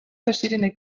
verschiedene